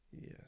Yes